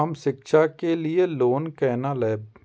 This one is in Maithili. हम शिक्षा के लिए लोन केना लैब?